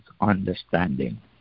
understanding